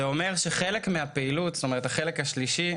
זה אומר שחלק מהפעילות, החלק השלישי,